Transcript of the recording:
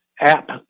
app